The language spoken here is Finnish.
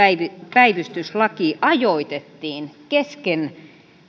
päivystyslaki ajoitettiin kesken